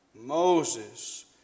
Moses